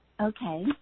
Okay